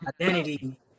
identity